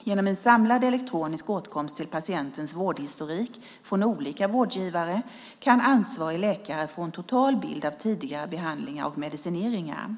Genom en samlad elektronisk åtkomst till patientens vårdhistorik från olika vårdgivare kan ansvarig läkare få en total bild av tidigare behandlingar och medicineringar.